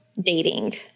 dating